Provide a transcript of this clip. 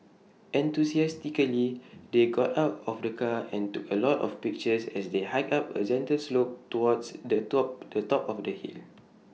enthusiastically they got out of the car and took A lot of pictures as they hiked up A gentle slope towards the top the top of the hill